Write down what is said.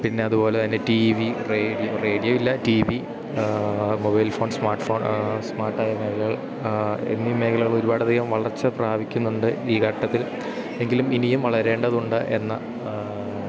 പിന്നതു പോലെ തന്നെ ടി വി റേഡിയോ റേഡിയോയില്ല TV mobile phone smart phone സ്മാർട്ടായ മേഖലകൾ എന്നീ മേഖലകളൊരുപാടധികം വളർച്ച പ്രാപിക്കുന്നുണ്ട് ഈ ഘട്ടത്തിൽ എങ്കിലും ഇനിയും വളരേണ്ടതുണ്ട് എന്ന